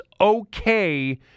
okay